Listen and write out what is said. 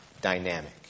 dynamic